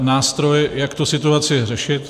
... nástroj, jak tu situaci řešit.